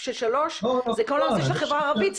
זה כל הנושא של החברה הערבית.